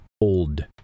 old